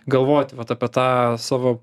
galvoti vat apie tą savo